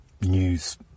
news